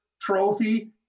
trophy